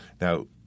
Now